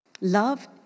Love